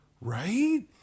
Right